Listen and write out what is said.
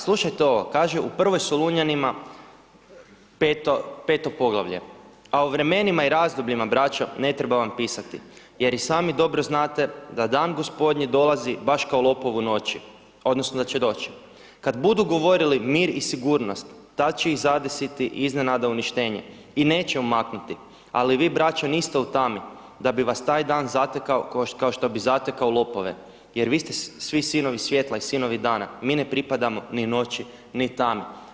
Slušajte ovo kaže u Prvoj Solunjanima, 5 poglavlje, a o vremenima i razdobljima braćo ne treba vam pisati jer i sami dobro znate da dan Gospodnji dolazi baš kao lopov u noći odnosno da će doći, kad budu govorili mir i sigurnost tad će ih zadesiti iznenada uništenje i neće umaknuti, ali vi braćo niste u tami da bi vas taj dan zatekao kao što bi zatekao lopove, jer vi ste svi sinovi svjetla i sinovi dana, mi ne pripadamo ni noći ni tami.